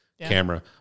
camera